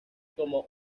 como